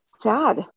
sad